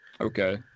Okay